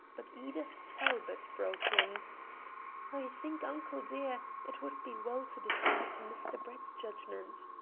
but edith talbot broke in i think, uncle dear, it would be well to defer to mr. brett's judgment.